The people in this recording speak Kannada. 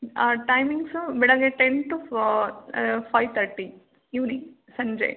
ಟೈಮಿಂಗ್ಸು ಬೆಳಗ್ಗೆ ten to five thirty evening ಸಂಜೆ